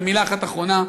ובמילה אחת אחרונה,